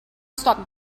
stop